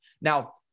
Now